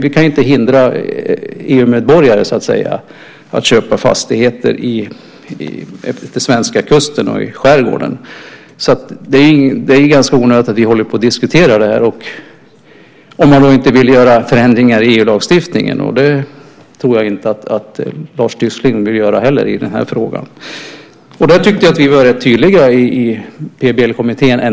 Vi kan ju inte hindra EU-medborgare från att köpa fastigheter vid den svenska kusten och i skärgården. Det är ganska onödigt att vi håller på och diskuterar det här om man inte vill göra förändringar i EU-lagstiftningen, och det tror jag inte att Lars Tysklind vill göra heller i den här frågan. Där tyckte jag ändå att vi var rätt tydliga i PBL-kommittén.